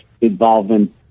involvement